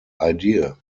idea